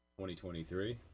2023